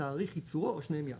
תאריך ייצורו או שניהם יחד.